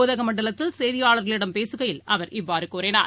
உதகமண்டலத்தில் செய்தியாளர்களிடம் பேசுகையில் அவர் இவ்வாறுகூறினார்